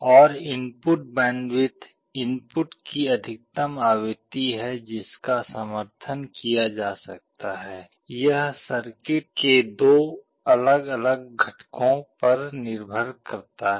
और input bandwidth input की अधिकतम आवृत्ति है जिसका समर्थन किया जा सकता है यह सर्किट के दो अलग अलग घटकों पर निर्भर करता है